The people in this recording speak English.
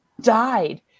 died